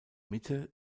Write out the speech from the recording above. mitte